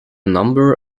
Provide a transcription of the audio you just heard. number